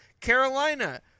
Carolina